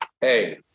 hey